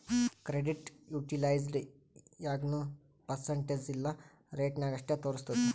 credit utilized ಯಾಗ್ನೂ percentage ಇಲ್ಲಾ ರೇಟ ನಾಗ್ ಅಷ್ಟೇ ತೋರುಸ್ತುದ್